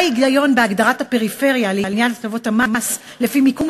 מה ההיגיון בהגדרת הפריפריה לעניין הטבות המס לפי מקום